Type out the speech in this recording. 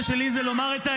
הוא לא יכול לומר,